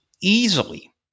easily